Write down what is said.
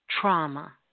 trauma